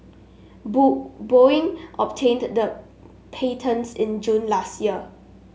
Boeing obtained the patents in June last year